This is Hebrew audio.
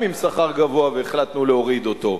עם שכר גבוה והחלטנו להוריד אותו.